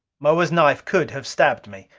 moa's knife could have stabbed me.